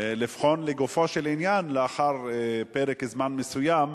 לבחון לגופו של עניין, לאחר פרק זמן מסוים.